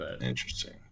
Interesting